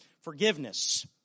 forgiveness